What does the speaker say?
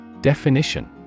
Definition